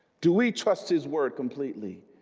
do we trust his word completely?